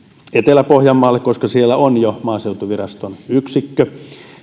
etelä pohjanmaalle koska siellä on jo maaseutuviraston yksikkö